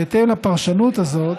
בהתאם לפרשנות הזאת,